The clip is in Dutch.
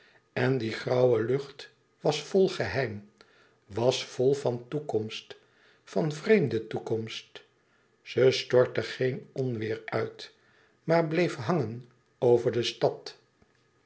en die grauwe lucht was vol geheim was vol van toekomst van vreemde toekomst ze stortte geen onweêr uit maar bleef hangen over de stad